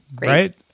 Right